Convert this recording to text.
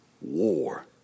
war